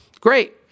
Great